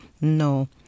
No